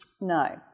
no